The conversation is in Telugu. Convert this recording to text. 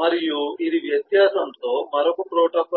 మరియు ఇది వ్యత్యాసంతో మరొక ప్రోటోకాల్ స్థితి